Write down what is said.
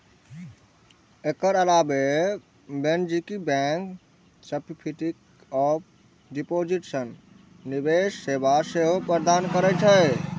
एकर अलावे वाणिज्यिक bank certificate of deposit सन निवेश सेवा सेहो प्रदान करै छै